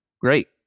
great